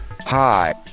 Hi